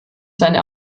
seine